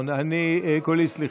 אני כולי סליחה.